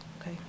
Okay